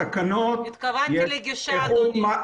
התכוונתי לגישה, אדוני.